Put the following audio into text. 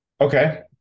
Okay